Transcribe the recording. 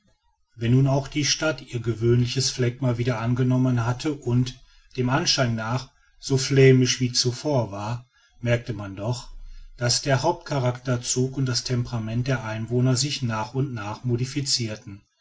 wenn nun auch die stadt ihr gewöhnliches phlegma wieder angenommen hatte und dem anschein nach so flämisch wie zuvor war merkte man doch daß der hauptcharakterzug und das temperament der einwohner sich nach und nach modificirten